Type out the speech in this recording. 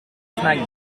snack